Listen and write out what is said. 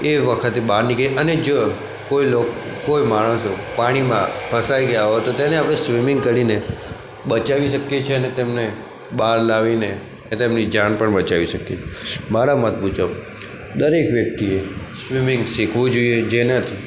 અને એ વખતે બહાર નીકળીને અને જો કોઈ લોક કોઈ માણસો પાણીમાં ફસાઈ ગયા હોય તો તેને આપણે સ્વિમિંગ કરીને બચાવી શકીએ છીએ અને તેમને બહાર લાવીને તેમની જાન પણ બચાવી શકીએ મારા મત મુજબ દરેક વ્યક્તિએ સ્વિમિંગ શીખવું જોઈએ જેનાથી